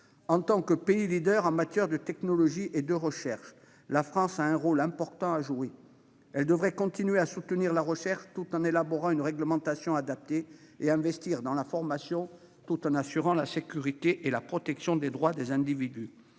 En tant que pays leader en matière de technologie et de recherche, la France a un rôle important à jouer. Elle doit continuer de soutenir la recherche, tout en élaborant une réglementation adaptée, et investir dans la formation, tout en assurant la sécurité et la protection des droits des individus.